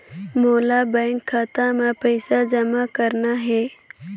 मोला बैंक खाता मां पइसा जमा करना हे?